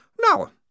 Now